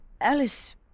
Alice